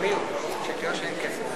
פלסנר ושלמה